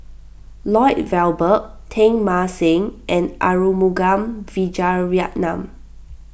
Lloyd Valberg Teng Mah Seng and Arumugam Vijiaratnam